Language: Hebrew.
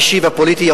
האישי והפוליטי,